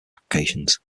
applications